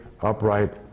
upright